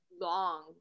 long